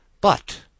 But